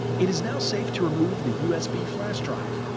it is now safe to remove the usb flash drive.